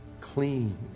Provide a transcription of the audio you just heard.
Clean